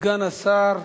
סגן השר,